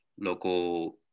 local